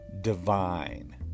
divine